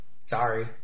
Sorry